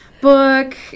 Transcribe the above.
book